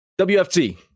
WFT